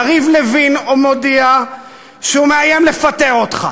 יריב לוין מודיע שהוא מאיים לפטר אותך,